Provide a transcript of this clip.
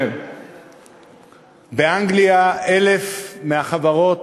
באנגליה 1,000 מהחברות